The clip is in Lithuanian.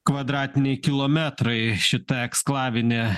kvadratiniai kilometrai šita eksklavinė